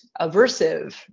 aversive